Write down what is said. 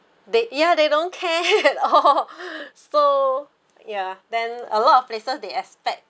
they ya they don't care at all so ya then a lot of places they expect